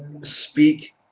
speak